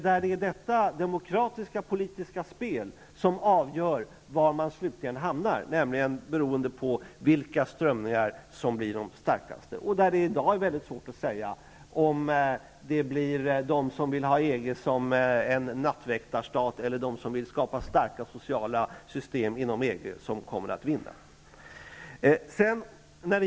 Det är detta demokratiska politiska spel som avgör var man slutligen hamnar, beroende på vilka strömningar som blir de starkaste. I dag är det väldigt svårt att säga om det blir de som vill ha EG som en nattväktarstat eller de som vill skapa starka sociala system inom EG som kommer att vinna.